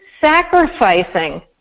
Sacrificing